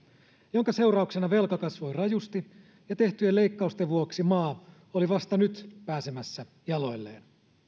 jonka seurauksena velka kasvoi rajusti ja tehtyjen leikkausten vuoksi maa oli vasta nyt pääsemässä jaloilleen